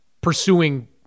pursuing